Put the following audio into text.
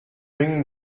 been